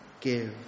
give